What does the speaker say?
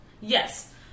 Yes